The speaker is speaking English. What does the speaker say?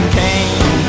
came